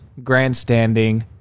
grandstanding